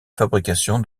fabrication